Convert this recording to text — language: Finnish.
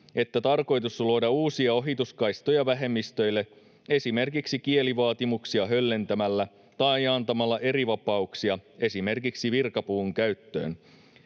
että tarkoitus on luoda uusia ohituskaistoja vähemmistöille esimerkiksi kielivaatimuksia höllentämällä tai antamalla erivapauksia esimerkiksi virkapuvun käyttöön?